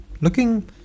looking